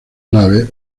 naves